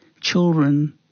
children